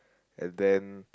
and then